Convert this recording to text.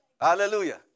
Hallelujah